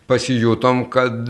pasijutom kad